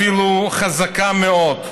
אפילו חזקה מאוד.